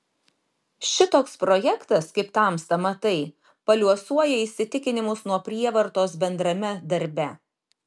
šitoks projektas kaip tamsta matai paliuosuoja įsitikinimus nuo prievartos bendrame darbe